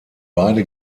beide